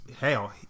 hell